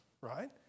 right